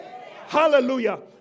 hallelujah